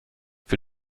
für